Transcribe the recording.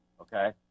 okay